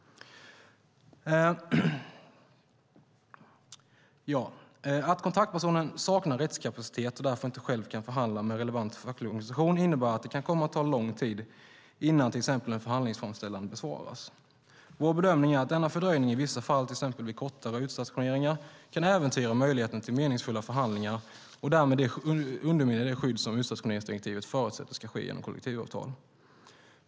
Att kontaktpersonen saknar rättskapacitet och därför inte själv kan förhandla med relevant facklig organisation innebär att det kan komma att ta lång tid innan till exempel en förhandlingsframställan besvaras. Vår bedömning är att denna fördröjning i vissa fall, till exempel vid kortare utstationeringar, kan äventyra möjligheten till meningsfulla förhandlingar och därmed underminera det skydd som utstationeringsdirektivet förutsätter ska ges genom kollektivavtal.